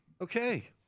Okay